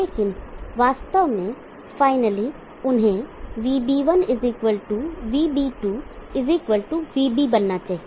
लेकिन वास्तव में फाइनली उन्हें VB1 VB2 VB बनना चाहिए